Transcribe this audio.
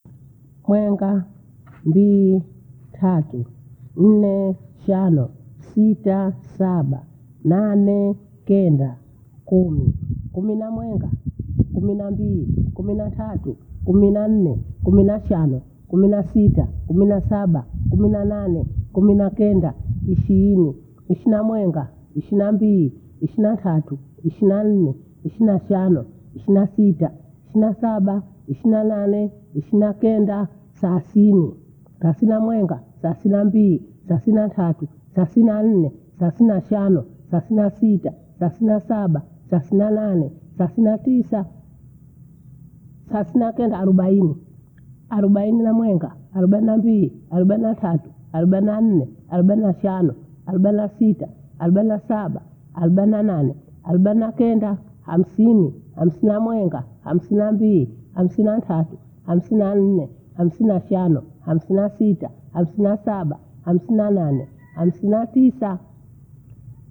Mwenga, mbiyi, tatu, nne, shano, sita, saba, nane, kenda, kumi. Kumi na mwenga, kumi na mbiyi, kumi na tatu, kumi na nne, kumi na shano, kumi na sita, kumi na saba, kumi na nane, kumi na kenda, ishiyini. Ishini na mwenga, ishini na mbili, ishini na tatu, ishini na nne, ishini na shano, ishini na sita, ishini na saba, ishini na nane, ishini na kenda, thalasini. Thalasini na mwenga, thalasini na mbili, thalasini na tatu, thalasini na nne, thalasini na shano, thalasini na sita, thalasini na saba, thalasini na nane, thalasini na tisa, thalasini na kenda na arobaini. Arobaini na mwenga, arobaini na mbili, arobaini na tatu, arobaini na nne, arobaini na shano, arobaini na sita, arobaini na saba, arobaini na nane, arobaini na kenda, hamsini. Hamsini na mwenga, hamsini na mbili, hamsini na ntatu, hamsini na nne, hamsini na shano, hamsini na sita, hamsini na saba, hamsini na nane, hamsini na tisa.